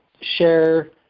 share